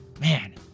man